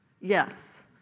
yes